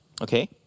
Okay